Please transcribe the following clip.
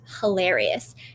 hilarious